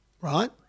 Right